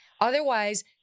Otherwise